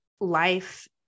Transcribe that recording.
life